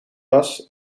was